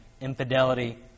infidelity